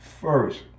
first